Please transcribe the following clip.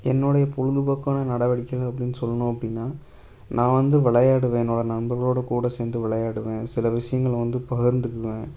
என்னுடைய பொழுதுபோக்கான நடவடிக்கைகள் அப்படி சொல்லணும் அப்படின்னா நான் வந்து விளையாடுவேன் என்னோடய நண்பர்களோடு கூட சேர்ந்து விளையாடுவேன் சில விஷயங்கள வந்து பகிர்ந்துக்குவேன்